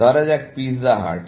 ধরা যাক পিৎজা হাট